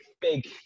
big